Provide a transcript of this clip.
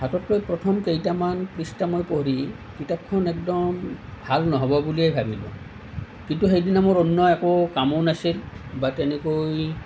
হাতত লৈ প্ৰথম কেইটামান পৃষ্ঠা মই পঢ়ি কিতাপখন একদম ভাল নহ'ব বুলিয়েই ভাবিলোঁ কিন্তু সেইদিনা মোৰ অন্য় একো কামো নাছিল বা তেনেকৈ